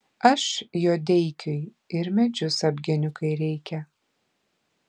aš juodeikiui ir medžius apgeniu kai reikia